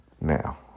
Now